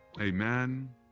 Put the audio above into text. Amen